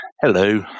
Hello